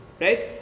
right